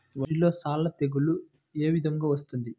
వరిలో సల్ల తెగులు ఏ విధంగా వస్తుంది?